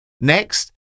Next